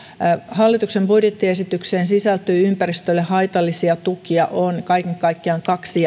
hallituksen budjettiesitykseen sisältyy ympäristölle haitallisia tukia on kaksi